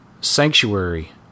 Sanctuary